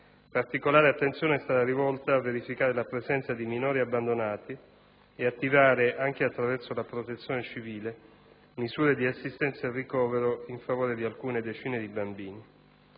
Particolare attenzione è stata rivolta a verificare la presenza di minori abbandonati e ad attivare, anche attraverso la protezione civile, misure di assistenza e ricovero in favore di alcune decine di bambini.